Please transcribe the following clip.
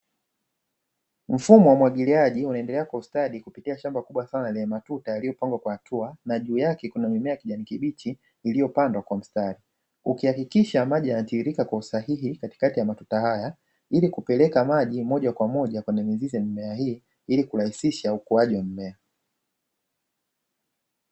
Mfumo wa umwagiliaji unaendeleaje kustadi kupitia shamba kubwa na lenye matuta yaliyopangawa kwa hatua na juu yake kunamimea ya kijani kibichi iliyopandwa kwa mistari, ukihakikishsha maji yanatririka kwa usahihi katikati ya matuta haya ili kupelekwa maji moja kwa moja kwenye mizizi ya mimea hii ili kurahisishabukuaji wa mimea.